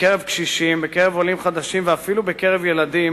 בקרב קשישים, בקרב עולים חדשים ואפילו בקרב ילדים,